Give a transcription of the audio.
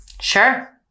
Sure